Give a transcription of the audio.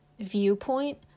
viewpoint